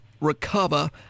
recover